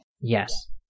Yes